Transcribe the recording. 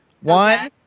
One